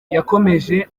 yakomeje